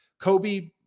Kobe